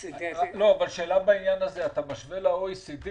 שאלה בעניין הזה: אתה משווה ל-OECD